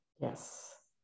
Yes